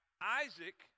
Isaac